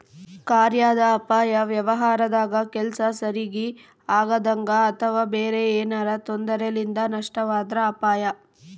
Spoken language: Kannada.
ಕಾರ್ಯಾದ ಅಪಾಯ ವ್ಯವಹಾರದಾಗ ಕೆಲ್ಸ ಸರಿಗಿ ಆಗದಂಗ ಅಥವಾ ಬೇರೆ ಏನಾರಾ ತೊಂದರೆಲಿಂದ ನಷ್ಟವಾದ್ರ ಅಪಾಯ